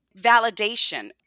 validation